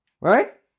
Right